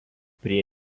prie